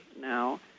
now